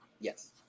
Yes